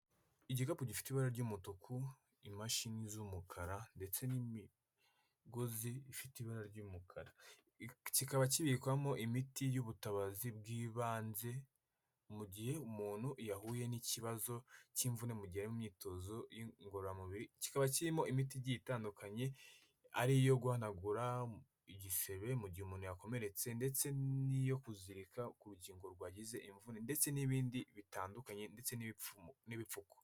Igikapu gifite ibara ry'umutuku, imashini z'umukara ndetse n'imigozi ifite ibara ry'umukara. Kikaba kibikwamo imiti y'ubutabazi bw'ibanze mu gihe umuntu yahuye n'ikibazo cy'imvune mu gihe ari mu myitozo ngororamubiri, kikaba kirimo imiti igiye itandukanye ari iyo guhanagura igisebe mu gihe umuntu yakomeretse ndetse n'iyo kuzirika ku rugingo rwagize imvune ndetse n'ibindi bitandukanye ndetse n'ibipfuko.